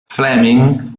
fleming